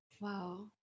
Wow